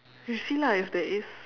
you see lah if there is